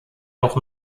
auch